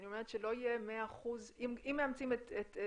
אני אומרת שלא יהיה 100%. אם מאמצים גוגל-אפל,